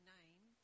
Name